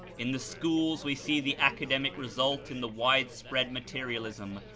in the schools we see the academic result in the wide spread materialism,